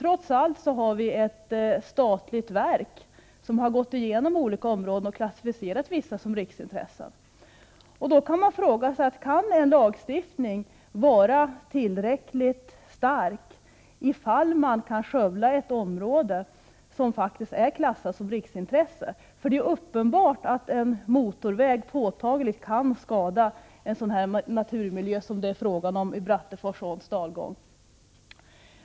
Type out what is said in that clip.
Trots allt har vi dock ett statligt verk som har gått igenom olika områden och klassificerat vissa av dem såsom varande av riksintresse. Man kan då fråga sig om lagstiftningen är tillräckligt stark i fall man kan skövla ett område som faktiskt är klassificerat som riksintresse. Det är uppenbart att en motorväg påtagligt kan skada en sådan naturmiljö som det är fråga om i Bratteforsåns dalgång.